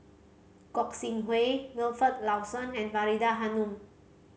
Gog Sing Hooi Wilfed Lawson and Faridah Hanum